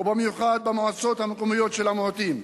ובמיוחד במועצות המקומיות של המיעוטים.